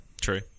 true